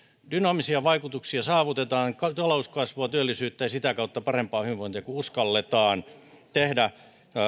dynaamisia vaikutuksia talouskasvua työllisyyttä ja sitä kautta parempaa hyvinvointia saavutetaan kun uskalletaan tehdä